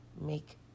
make